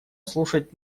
слушать